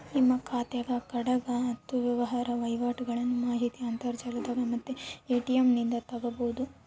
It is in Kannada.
ನಿಮ್ಮ ಖಾತೆಗ ಕಡೆಗ ಹತ್ತು ವ್ಯವಹಾರ ವಹಿವಾಟುಗಳ್ನ ಮಾಹಿತಿ ಅಂತರ್ಜಾಲದಾಗ ಮತ್ತೆ ಎ.ಟಿ.ಎಂ ನಿಂದ ತಕ್ಕಬೊದು